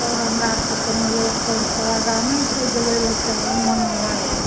आओर हमरा आरके कोनो औस पौस तऽ आगाँ नहि छै जे ओइ लऽ के अनमना लागबय